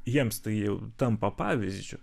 jiems tai jau tampa pavyzdžiu